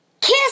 Kiss